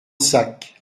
sac